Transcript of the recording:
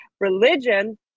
Religion